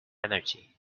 energy